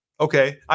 Okay